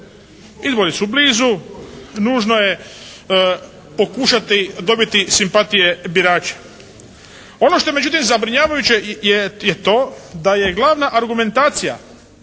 Izbori su blizu, nužno je pokušati dobiti simpatije birača. Ono što je međutim zabrinjavajuće je to da je glavna argumentacija